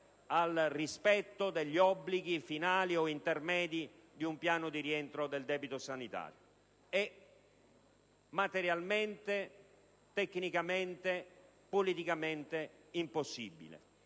al rispetto degli obblighi finali o intermedi di un piano di rientro del debito sanitario. È materialmente, tecnicamente, politicamente impossibile.